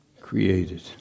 created